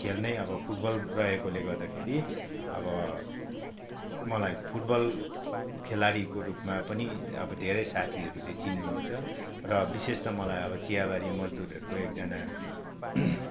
खेल नै अब फुटबल रहेकोले गर्दाखेरि अब मलाई फुटबल खेलाडिको रूपमा पनि अब धेरै साथीहरूले चिन्नुहुन्छ र विशेष त मलाई अब चियाबारी मजदुरहरूको एकजाना